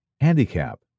handicap